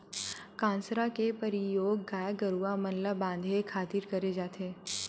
कांसरा के परियोग गाय गरूवा मन ल बांधे खातिर करे जाथे